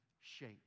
shape